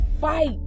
fight